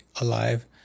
alive